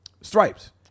Stripes